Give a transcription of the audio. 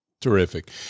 Terrific